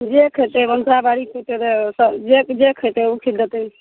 जे खएतै भनसा बारी खएतै जे जे खएतै ओ खिलेतै